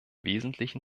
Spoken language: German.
wesentlichen